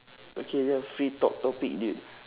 okay ya free talk topic dude